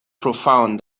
profound